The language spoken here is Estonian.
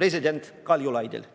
president Kaljulaidil.